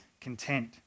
content